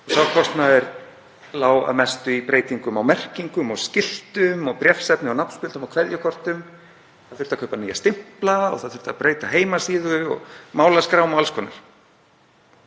Sá kostnaður lá að mestu í breytingum á merkingum og skiltum, bréfsefni, nafnspjöldum og kveðjukortum, það þurfti að kaupa nýja stimpla og það þurfti að breyta heimasíðu og málaskrám og alls konar.